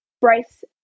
Bryce